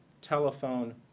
telephone